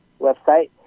website